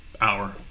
hour